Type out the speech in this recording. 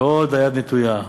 ועוד היד נטויה.